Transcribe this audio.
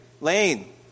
Lane